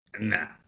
No